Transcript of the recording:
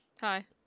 Hi